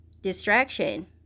distraction